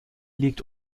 liegt